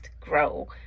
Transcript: grow